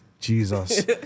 Jesus